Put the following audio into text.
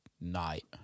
night